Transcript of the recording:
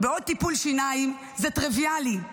טיפול שיניים זה טריוויאלי.